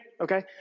okay